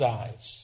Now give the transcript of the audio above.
eyes